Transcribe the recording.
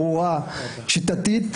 ברורה ושיטתית,